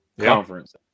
conference